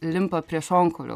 limpa prie šonkaulių